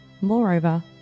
Moreover